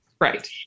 Right